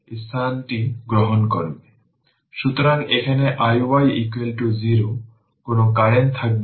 সুতরাং এটি একটি ওপেন সার্কিট হিসাবে কাজ করবে